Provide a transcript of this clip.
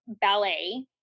ballet